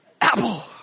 apple